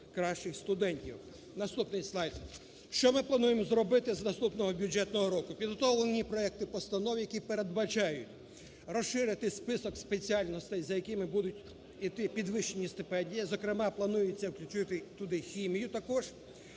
Наступний слайд. Що ми плануємо зробити з наступного бюджетного року? Підготовлені проекти постанов, які передбачають розширити список спеціальностей, за якими будуть йти підвищені стипендії, зокрема планується включити туди хімію також.